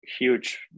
huge